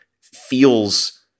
feels